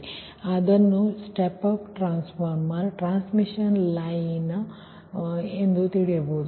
ನಂತರ ಅದು ನಿಮ್ಮ step up transformer transmission line ಗೆ ಹೋಗುತ್ತದೆ